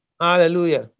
Hallelujah